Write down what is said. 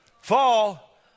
Fall